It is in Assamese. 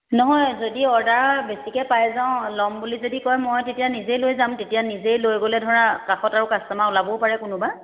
নহয় যদি অৰ্ডাৰ বেছিকে পাই যাওঁ ল'ম বুলি যদি কয় মই তেতিয়া নিজেই লৈ যাম তেতিয়া নিজেই লৈ গ'লে ধৰা কাষত আৰু কাষ্টমাৰ ওলাবও পাৰে কোনোবা